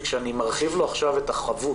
למעסיק שאתה מרחיב לו עכשיו את החבות